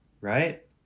right